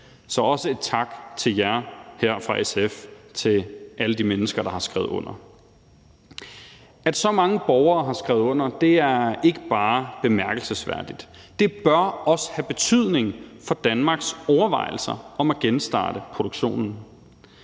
Så også en tak til jer her fra SF – en tak til alle de mennesker, der har skrevet under. Kl. 12:15 At så mange borgere har skrevet under, er ikke bare bemærkelsesværdigt; det bør også have betydning for Danmarks overvejelser om at genstarte produktionen,